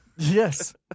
Yes